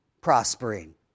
prospering